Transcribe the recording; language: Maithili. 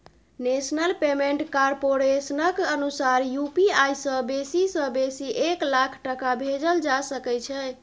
नेशनल पेमेन्ट कारपोरेशनक अनुसार यु.पी.आइ सँ बेसी सँ बेसी एक लाख टका भेजल जा सकै छै